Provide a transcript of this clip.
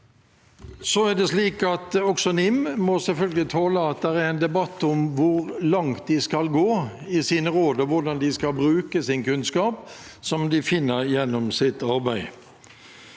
slik at også NIM må tåle at det er en debatt om hvor langt de skal gå i sine råd, og hvordan de skal bruke sin kunnskap som de finner gjennom sitt arbeid.